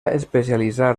especialitzar